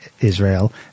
Israel